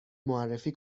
معرفی